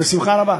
בשמחה רבה.